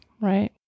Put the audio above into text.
right